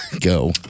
go